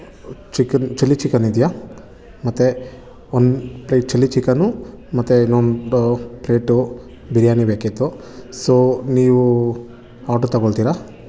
chicken chilli chicken ಇದೆಯಾ ಮತ್ತು ಒಂದು ಪ್ಲೇಟ್ ಚಿಲ್ಲಿ ಚಿಕನೂ ಮತ್ತು ಇನ್ನೊಂದು ಪ್ಲೇಟು ಬಿರಿಯಾನಿ ಬೇಕಿತ್ತು ಸೊ ನೀವು ಆಡ್ರು ತೊಗೊಳ್ತೀರಾ